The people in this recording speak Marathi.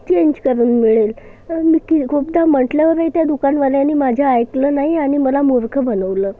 चेंज करून मिळेल मी खूपदा म्हटलं बाई त्या दुकानवाल्यानी माझं ऐकलं नाही आणि मला मूर्ख बनवलं